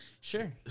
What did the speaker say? Sure